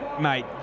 mate